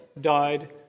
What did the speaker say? died